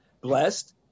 blessed